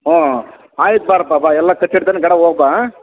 ಹ್ಞೂ ಆಯ್ತು ಬಾರಪ್ಪಾ ಬಾ ಎಲ್ಲ ಕಟ್ಟಿಡ್ತೀನಿ ಗಡ ಹೋಗ್ ಬಾ